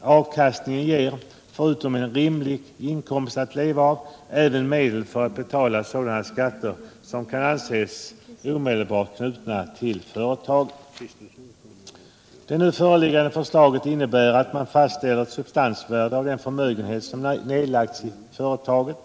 avkastningen ger, förutom en rimlig inkomst att leva av, även medel för att betala sådana skatter som kan anses omedelbart knutna till företaget. Det nu föreliggande förslaget innebär att man fastställer ett värde av den förmögenhet som nedlagts i företaget.